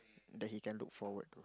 that he can look forward to